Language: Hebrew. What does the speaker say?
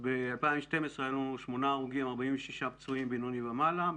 ב-2012 היו לנו שמונה הרוגים ו-46 פצועים בינוני ומעלה,